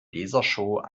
lasershow